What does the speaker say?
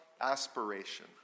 aspiration